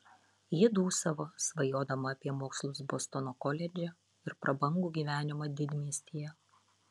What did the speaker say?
ji dūsavo svajodama apie mokslus bostono koledže ir prabangų gyvenimą didmiestyje